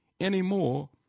anymore